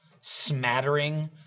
smattering